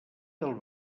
del